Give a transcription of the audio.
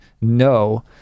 no